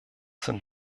sind